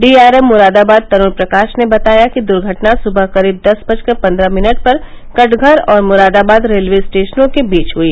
D R M Moradabad Tarun Prakash ने बताया कि दुर्घटना सुबह करीब दस बजकर पन्द्रह मिनट पर कटघर और मुरादाबाद रेलवे स्टेशनों के बीच हुई